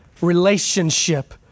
relationship